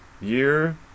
year